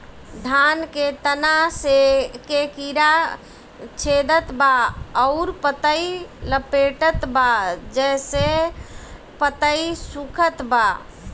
धान के तना के कीड़ा छेदत बा अउर पतई लपेटतबा जेसे पतई सूखत बा?